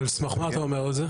על סמך מה אתה אומר את זה?